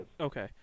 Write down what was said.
Okay